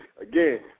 again